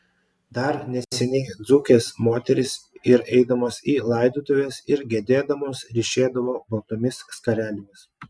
dar neseniai dzūkės moterys ir eidamos į laidotuves ir gedėdamos ryšėdavo baltomis skarelėmis